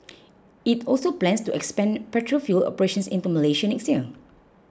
it also plans to expand petrol fuel operations into Malaysia next year